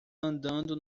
andando